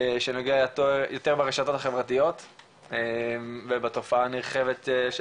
יותר ברשתות החברתיות ובתופעה הנרחבת של